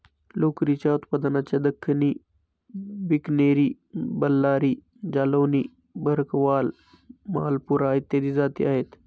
लोकरीच्या उत्पादनाच्या दख्खनी, बिकनेरी, बल्लारी, जालौनी, भरकवाल, मालपुरा इत्यादी जाती आहेत